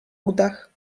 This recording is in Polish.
udach